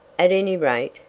at any rate,